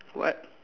what